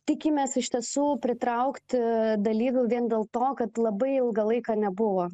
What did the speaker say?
tikimės iš tiesų pritraukti dalyvių vien dėl to kad labai ilgą laiką nebuvo